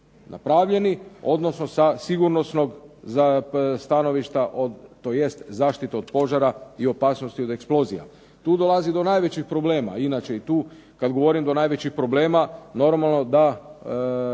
napravljeni, odnosno sa sigurnosnog stanovišta, tj. zaštite od požara i opasnosti od eksplozija. Tu dolazi do najvećeg problema. Inače, i tu kad govorim do najvećih problema normalno da